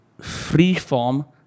free-form